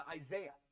Isaiah